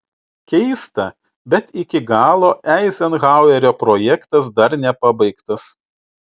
keista bet iki galo eizenhauerio projektas dar nepabaigtas